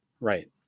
right